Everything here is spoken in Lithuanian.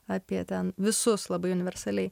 apie ten visus labai universaliai